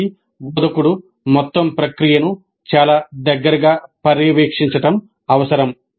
దీనికి బోధకుడు మొత్తం ప్రక్రియను చాలా దగ్గరగా పర్యవేక్షించడం అవసరం